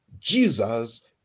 Jesus